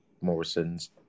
Morrison's